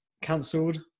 cancelled